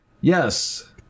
Yes